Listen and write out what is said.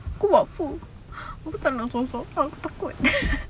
aku buat apa aku tak nak seorang-seorang aku takut